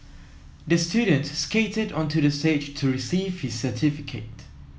the student skated onto the stage to receive his certificate